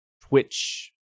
Twitch